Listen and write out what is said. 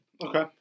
Okay